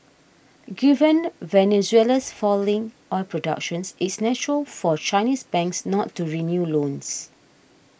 given Venezuela's falling oil production it's natural for Chinese banks not to renew loans